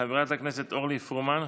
חברת הכנסת אורלי פרומן,